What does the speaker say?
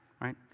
right